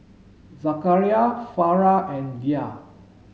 Zakaria Farah and Dhia